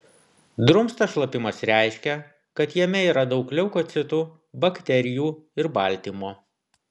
drumstas šlapimas reiškia kad jame yra daug leukocitų bakterijų ir baltymo